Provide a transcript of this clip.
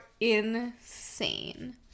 insane